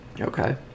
Okay